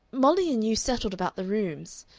molly and you settled about the rooms.